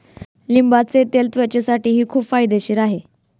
लिंबाचे तेल त्वचेसाठीही खूप फायदेशीर आहे